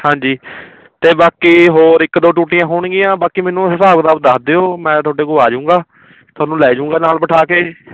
ਹਾਂਜੀ ਅਤੇ ਬਾਕੀ ਹੋਰ ਇੱਕ ਦੋ ਟੂਟੀਆਂ ਹੋਣਗੀਆਂ ਬਾਕੀ ਮੈਨੂੰ ਹਿਸਾਬ ਕਿਤਾਬ ਦੱਸ ਦਿਓ ਮੈਂ ਤੁਹਾਡੇ ਕੋਲ ਆ ਜਾਊਂਗਾ ਤੁਹਾਨੂੰ ਲੈ ਜਾਊਂਗਾ ਨਾਲ ਬਿਠਾ ਕੇ